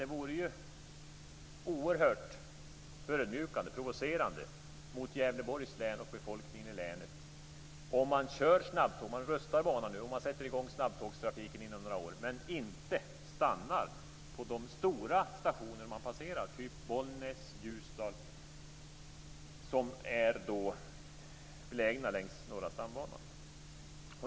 Det vore ju oerhört förödmjukande - provocerande - mot Gävleborgs län och befolkningen i länet om man rustar banan och sätter i gång snabbtågstrafiken inom några år men inte stannar på de stora stationer man passerar - typ Bollnäs och Ljusdal - som är belägna längs Norra stambanan.